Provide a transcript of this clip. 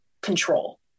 control